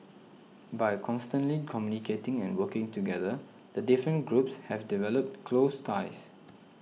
by constantly communicating and working together the different groups have developed close ties